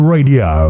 Radio